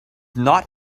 not